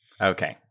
Okay